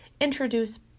introduce